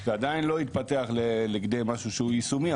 זה כדיין לא התפתח לכדי משהו שהוא יישומי,